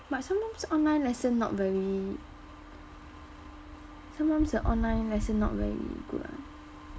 but sometimes online lesson not very sometimes the online lesson not very good ah